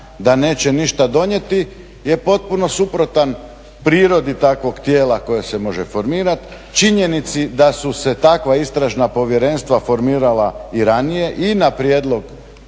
da neće ništa donijeti je potpuno suprotan prirodi takvog tijela koje se može formirati, činjenici da su se takva istražna povjerenstva formirala i ranije i na prijedlog